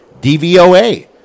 DVOA